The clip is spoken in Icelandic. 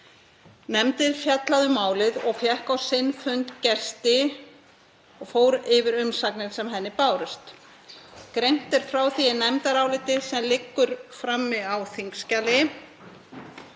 Nefndin fjallaði um málið og fékk á sinn fund gesti og fór yfir umsagnir sem henni bárust. Greint er frá því í nefndaráliti sem liggur frammi á þingskjali.